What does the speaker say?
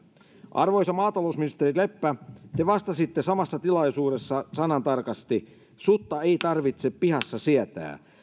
arvoisa maatalousministeri leppä te vastasitte samassa tilaisuudessa sanantarkasti sutta ei tarvitse pihassa sietää